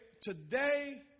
Today